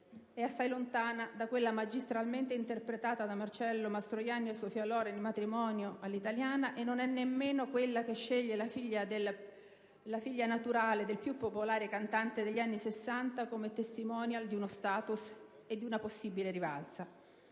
è assai lontana da quella magistralmente interpretata da Marcello Matroianni e Sofia Loren in «Matrimonio all'italiana» e non è nemmeno quella che sceglie la figlia naturale del più popolare cantante degli anni '60 come *testimonial* di uno *status* e di una possibile rivalsa.